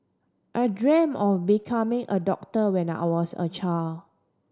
I dreamt of becoming a doctor when I was a child